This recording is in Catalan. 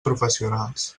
professionals